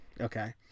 Okay